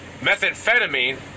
Methamphetamine